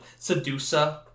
Sedusa